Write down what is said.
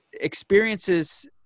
experiences